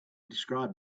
described